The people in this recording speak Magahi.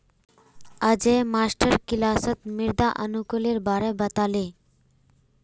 अयेज मास्टर किलासत मृदा अनुकूलेर बारे बता ले